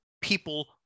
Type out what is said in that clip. people